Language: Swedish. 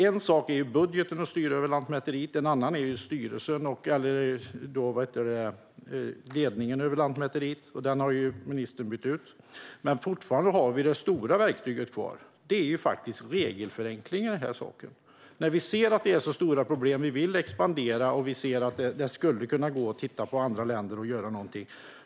En sak är budgeten och styret över Lantmäteriet, en annan är ledningen av Lantmäteriet. Den har ju ministern bytt ut. Men fortfarande har vi det stora verktyget kvar, nämligen regelförenklingar. När man ser att det är stora problem och att man vill expandera skulle man kunna titta på andra länder.